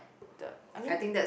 the I mean